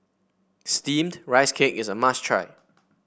steamed Rice Cake is a must try